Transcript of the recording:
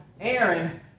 Aaron